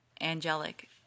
angelic